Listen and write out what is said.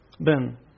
Ben